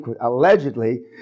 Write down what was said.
allegedly